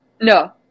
No